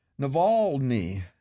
Navalny